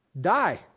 die